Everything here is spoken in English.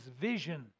vision